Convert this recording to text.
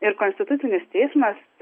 ir konstitucinis teismas